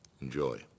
enjoy